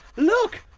look.